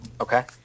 Okay